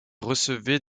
recevaient